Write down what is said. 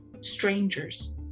strangers